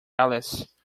alice